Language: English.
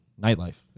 nightlife